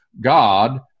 God